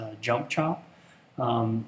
jump-chop